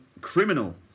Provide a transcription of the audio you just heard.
criminal